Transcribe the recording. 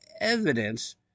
evidence